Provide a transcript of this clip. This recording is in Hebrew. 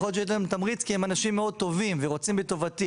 יכול להיות שיהיה להם תמריץ כי הם אנשים מאוד טובים ורוצים בטובתי,